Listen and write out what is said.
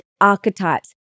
archetypes